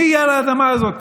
מי יהיה על האדמה הזאת